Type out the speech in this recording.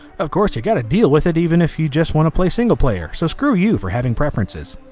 of course you got to deal with it even if you just wanna play single player so screw you for having preferences.